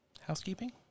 housekeeping